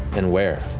and where